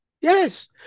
Yes